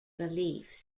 beliefs